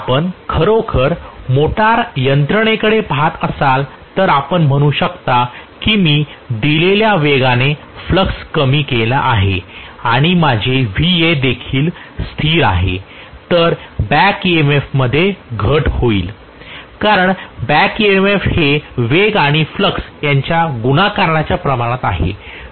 जर आपण खरोखर मोटर यंत्रणेकडे पहात असाल तर आपण म्हणू शकता की मी दिलेल्या वेगाने फ्लक्स कमी केला आहे आणि माझे Va स्थिर देखील आहे तर बॅक ईएमएफ मध्ये घट होईल कारण बॅक ईएमएफ हे वेग आणि फ्लक्स यांच्या गुणाकाराच्या प्रमाणात आहे